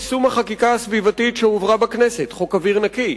יישום החקיקה הסביבתית שהועברה בכנסת: חוק אוויר נקי,